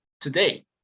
today